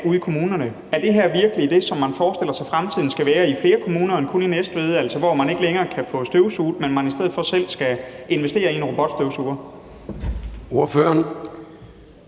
ude i kommunerne. Er det her virkelig sådan, man forestiller sig at fremtiden skal være i flere kommuner end kun i Næstved Kommune, hvor man altså ikke længere kan få støvsuget, men hvor man i stedet for selv skal investere i en robotstøvsuger?